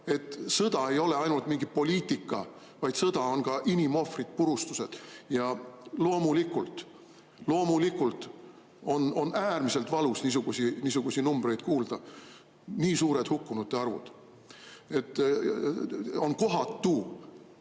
sõda ei ole ainult mingi poliitika, vaid sõda on ka inimohvrid, purustused. Ja loomulikult, loomulikult on äärmiselt valus niisuguseid numbreid kuulda, nii suurt hukkunute arvu. On kohatu